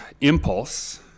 impulse